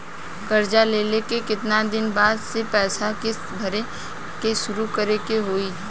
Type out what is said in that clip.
कर्जा लेला के केतना दिन बाद से पैसा किश्त भरे के शुरू करे के होई?